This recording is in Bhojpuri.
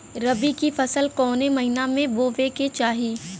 रबी की फसल कौने महिना में बोवे के चाही?